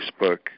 Facebook